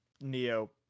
Neo